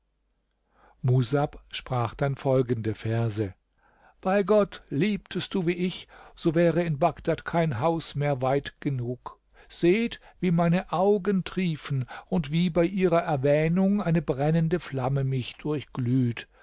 sprach dann folgende verse bei gott liebtest du wie ich so wäre in bagdad kein haus mehr weit genug seht wie meine augen triefen und wie bei ihrer erwähnung eine brennende flamme mich durchglüht